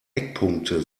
eckpunkte